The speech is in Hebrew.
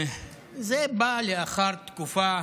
זה בא לאחר תקופה